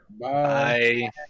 Bye